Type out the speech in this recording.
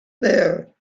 there